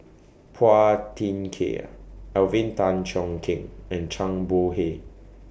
Phua Thin Kiay Alvin Tan Cheong Kheng and Zhang Bohe